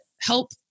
help